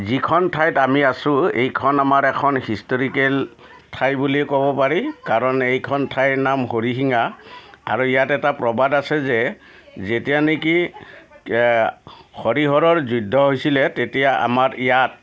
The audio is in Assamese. যিখন ঠাইত আমি আছোঁ এইখন আমাৰ এখন হিষ্টৰিকেল ঠাই বুলিয়ে ক'ব পাৰি কাৰণ এইখন ঠাইৰ নাম হৰিশিঙা আৰু ইয়াতে এটা প্ৰবাদ আছে যে যেতিয়া নেকি হৰিহৰৰ যুদ্ধ হৈছিলে তেতিয়া আমাৰ ইয়াত